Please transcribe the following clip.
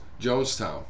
Jonestown